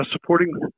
supporting